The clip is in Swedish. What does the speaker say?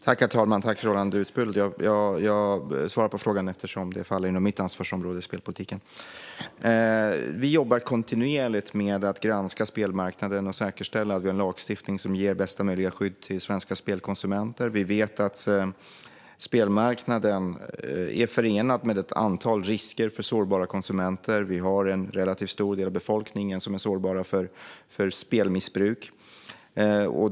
Herr talman! Jag tackar Roland Utbult för frågan, som jag svarar på eftersom spelpolitiken faller inom mitt ansvarsområde. Vi jobbar kontinuerligt med att granska spelmarknaden och säkerställa att vi har en lagstiftning som ger bästa möjliga skydd till svenska spelkonsumenter. Vi vet att spelmarknaden är förenad med ett antal risker för sårbara konsumenter. En relativt stor del av befolkningen är sårbar för spelmissbruk.